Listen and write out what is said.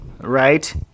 right